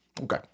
Okay